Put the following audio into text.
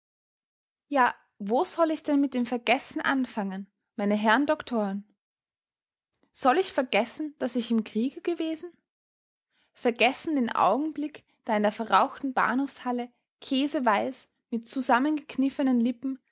ja wo soll ich denn mit dem vergessen anfangen meine herrn doktoren soll ich vergessen daß ich im kriege gewesen vergessen den augenblick da in der verrauchten bahnhofshalle käseweiß mit zusammengekniffenen lippen